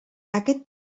aquest